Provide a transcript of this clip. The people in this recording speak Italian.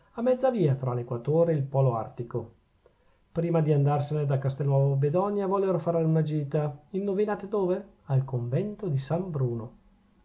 a mezza via tra l'equatore e il polo artico prima di andarsene da castelnuovo bedonia vollero fare una gita indovinate dove al convento di san bruno